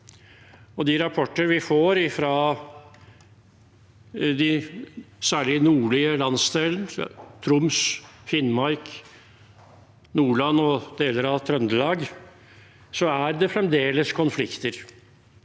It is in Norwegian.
de rapporter vi får fra særlig den nordlige landsdelen – Troms, Finnmark, Nordland og deler av Trøndelag – er det fremdeles konflikter.